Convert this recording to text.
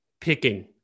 picking